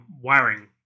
wiring